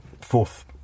fourth